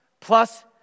plus